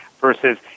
versus